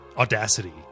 audacity